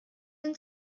sind